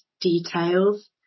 details